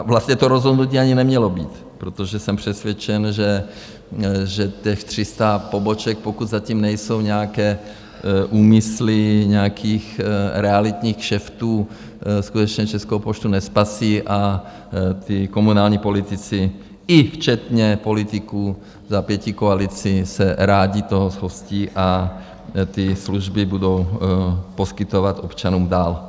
vlastně to rozhodnutí ani nemělo být, protože jsem přesvědčen, že těch 300 poboček, pokud za tím nejsou nějaké úmysly nějakých realitních kšeftů, skutečně Českou poštu nespasí a ti komunální politici, i včetně politiků za pětikoalici, se rádi toho zhostí a ty služby budou poskytovat občanům dál.